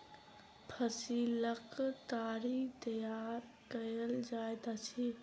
फसीलक ताड़ी तैयार कएल जाइत अछि